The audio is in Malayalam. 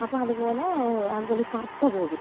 അപ്പം അതു പോലെ അതു പോലെ ഈ കറുത്ത കോഴി